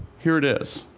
here it is.